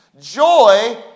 Joy